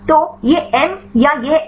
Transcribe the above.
तो यह m या यह x